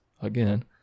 Again